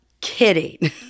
kidding